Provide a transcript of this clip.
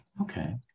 Okay